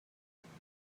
خوانند